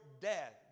death